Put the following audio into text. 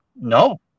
no